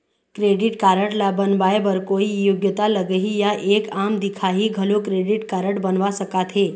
Credit card ला बनवाए बर कोई योग्यता लगही या एक आम दिखाही घलो क्रेडिट कारड बनवा सका थे?